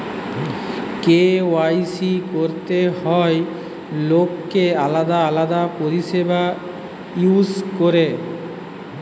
KYC করতে হয় লোককে আলাদা আলাদা পরিষেবা ইউজ করতে